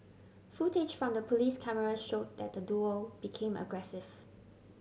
footage from the police cameras showed that the duo became aggressive